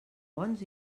bons